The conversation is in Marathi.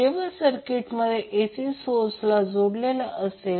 जेव्हा सर्किटमध्ये AC सोर्सला जोडलेला असेल